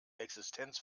existenz